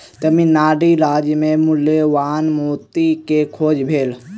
तमिल नाडु राज्य मे मूल्यवान मोती के खोज भेल